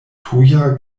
tuja